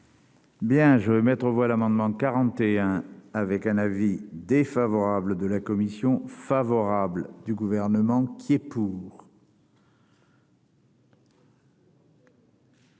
Bien, je vais mettre aux voix l'amendement 41 avec un avis défavorable de la commission favorable du gouvernement qui est pour.